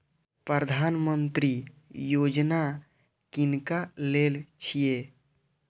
प्रधानमंत्री यौजना किनका लेल छिए?